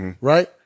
Right